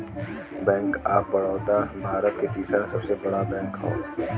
bank of Baroda Bharat के तीसरा सबसे बड़ा बैंक हौ